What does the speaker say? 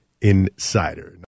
Insider